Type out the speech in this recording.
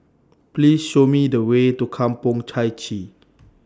Please Show Me The Way to Kampong Chai Chee